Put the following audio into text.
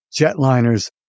jetliners